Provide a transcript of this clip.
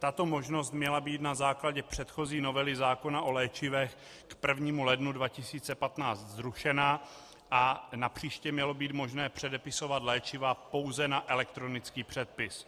Tato možnost měla být na základě předchozí novely zákona o léčivech k 1. lednu 2015 zrušena a napříště mělo být možné předepisovat léčiva pouze na elektronický předpis.